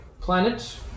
planet